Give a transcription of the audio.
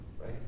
right